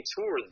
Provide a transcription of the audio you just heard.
Tour